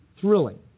thrilling